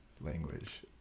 language